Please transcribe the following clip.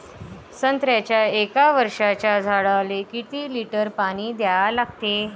संत्र्याच्या एक वर्षाच्या झाडाले किती लिटर पाणी द्या लागते?